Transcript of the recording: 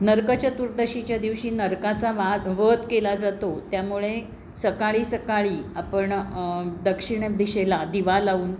नरक चतुर्दशीच्या दिवशी नरकाचा वाद वध केला जातो त्यामुळे सकाळी सकाळी आपण दक्षिण दिशेला दिवा लावून